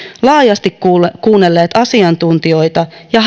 laajasti kuunnelleet asiantuntijoita ja